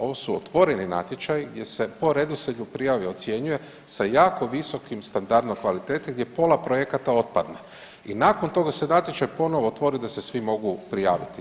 Ovo su otvoreni natječaji gdje se po redoslijedu prijave ocjenjuje sa jako visokim standardom kvalitete gdje pola projekata otpada i nakon toga se natječaj ponovo otvori da se svi mogu prijaviti.